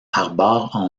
arborent